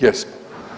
Jesmo.